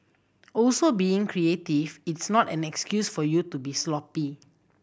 also being creative is not an excuse for you to be sloppy